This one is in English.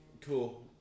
Cool